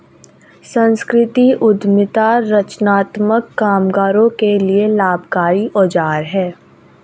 संस्कृति उद्यमिता रचनात्मक कामगारों के लिए लाभकारी औजार है